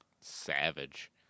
Savage